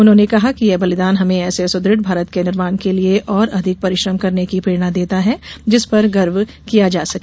उन्होंने कहा कि यह बलिदान हमें ऐसे सुदृढ़ भारत के निर्माण के लिए और अधिक परिश्रम करने की प्रेरणा देता है जिस पर गर्व किया जा सके